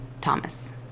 Thomas